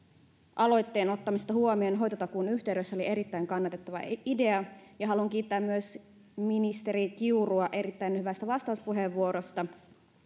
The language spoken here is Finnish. aloitteen ottamisesta huomioon hoitotakuun yhteydessä oli erittäin kannatettava idea ja haluan kiittää myös ministeri kiurua erittäin hyvästä vastauspuheenvuorosta